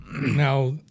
Now